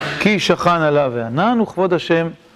כי שכן עליו הענן וכבוד השם.